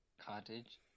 cottage